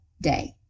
day